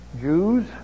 Jews